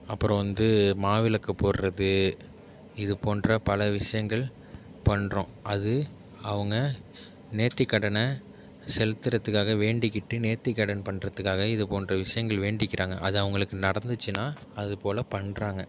அப்புறம் வந்து மாவிளக்கு போடுகிறது இதுபோன்ற பல விஷயங்கள் பண்ணுறோம் அது அவங்க நேத்திக்கடனை செலுத்துகிறதுக்காக வேண்டிக்கிட்டு நேத்திக் கடன் பண்ணுறதுக்காக இதுபோன்ற விஷயங்கள் வேண்டிக்கிறாங்க அது அவங்களுக்கு நடந்துச்சுனா அதுபோல் பண்ணுறாங்க